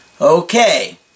Okay